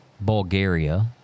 Bulgaria